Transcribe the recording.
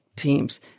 teams